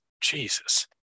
Jesus